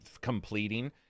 completing